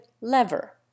lever